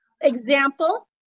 Example